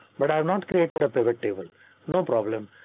but i have not created a pivot table no problem.